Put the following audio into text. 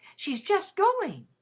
she's just going.